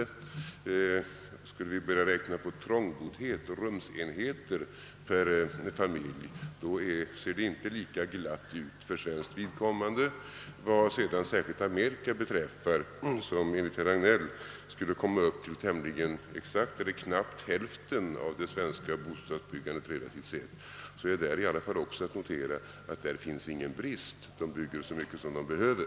Och skall vi börja räkna med trångboddhet och rumsenheter per familj, så ter det sig inte lika ljust för Sveriges vidkommande med bostadsbyggandet. Vad sedan beträffar Amerika, som enligt herr Hagnell kommer upp till knappt hälften av det svenska bostadsbyggandet relativt sett, så bör man notera att där inte finns någon brist på bostäder. Amerikanerna bygger så mycket bostäder de behöver.